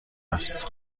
است